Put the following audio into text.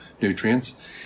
nutrients